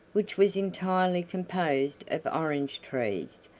which was entirely composed of orange trees,